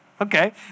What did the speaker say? Okay